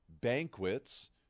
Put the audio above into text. banquets